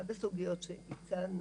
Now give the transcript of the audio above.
אחת הסוגיות שהצענו